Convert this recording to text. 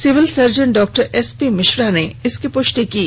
civil surgeon डॉ S P Mishra ने इसकी पुष्टि की है